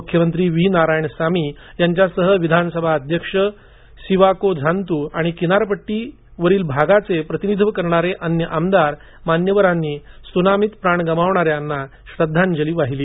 मुख्यमंत्री V Narayanasamy यांच्यासह विधान सभाध्यक्ष सिवाको झान्तु आणि किनारपट्टीवरील भागाचे प्रतिनिधीत्व करणाऱ्या अन्य आमदार मान्यवरांनी त्सुनामीत प्राण गमावणाऱ्यांना श्रद्धांजली वाहिली